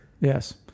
Yes